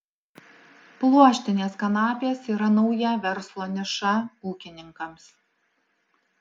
pluoštinės kanapės yra nauja verslo niša ūkininkams